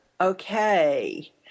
Okay